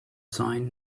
sign